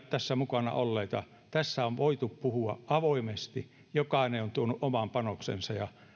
tässä mukana olleita tässä on voitu puhua avoimesti jokainen on tuonut oman panoksensa ja